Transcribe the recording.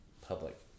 public